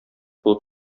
булып